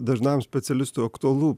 dažnam specialistui aktualu